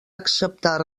acceptar